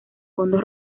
fondos